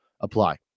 apply